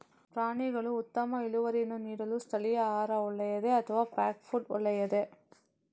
ಪ್ರಾಣಿಗಳು ಉತ್ತಮ ಇಳುವರಿಯನ್ನು ನೀಡಲು ಸ್ಥಳೀಯ ಆಹಾರ ಒಳ್ಳೆಯದೇ ಅಥವಾ ಪ್ಯಾಕ್ ಫುಡ್ ಒಳ್ಳೆಯದೇ?